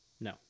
No